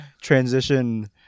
transition